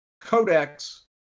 codex